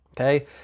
Okay